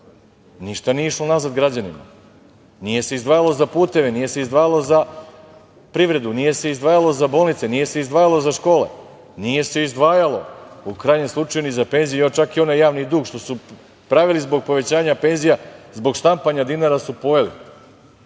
ništa nije išlo nazad građanima, nije se izdvajalo za puteve, nije se izdvajalo za privredu, nije se izdvajalo za bolnice, nije se izdvajalo za škole, nije se izdvajalo, u krajnjem slučaju, ni za penzije. Čak i onaj javni dug koji su pravili zbog povećanja penzija, zbog štampanja dinara su pojeli,